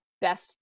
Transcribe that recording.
best